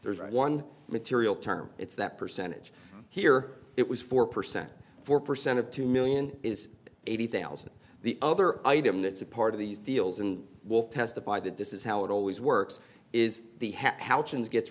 there's one material term it's that percentage here it was four percent four percent of two million is eighty thousand the other item that's a part of these deals and will testify that this is how it always works is the